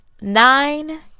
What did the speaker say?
nine